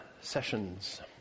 sessions